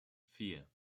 vier